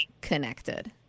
connected